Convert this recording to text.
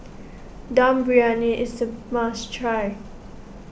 Dum Briyani is a must try